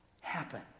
happen